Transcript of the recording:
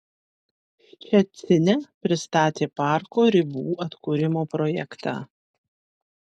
ščecine pristatė parko ribų atkūrimo projektą